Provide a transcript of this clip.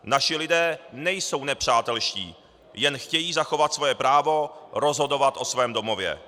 Naši lidé nejsou nepřátelští, jen chtějí zachovat své právo rozhodovat o svém domově.